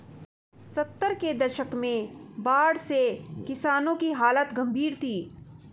सत्तर के दशक में बाढ़ से किसानों की हालत गंभीर थी